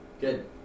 Good